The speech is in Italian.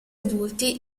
adulti